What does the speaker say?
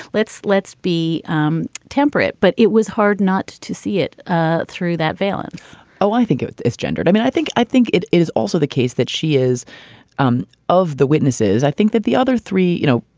let's let's be um temperate. but it was hard not to see it ah through that valence oh, i think it's gender. i mean, i think i think it it is also the case that she is one um of the witnesses. i think that the other three, you know,